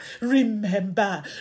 remember